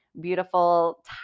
beautiful